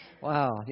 Wow